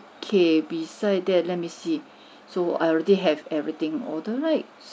okay beside that let me see so I already have everything order right